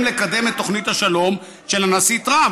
לקדם את תוכנית השלום של הנשיא טראמפ.